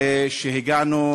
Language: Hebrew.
והגענו,